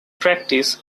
practice